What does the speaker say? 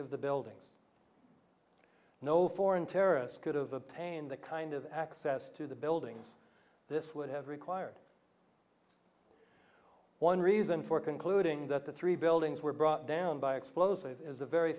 of the buildings no foreign terrorists could have the pain the kind of access to the buildings this would have required one reason for concluding that the three buildings were brought down by explosives the very